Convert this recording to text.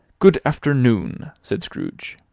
good afternoon, said scrooge.